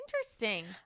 Interesting